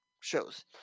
shows